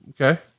Okay